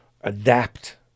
adapt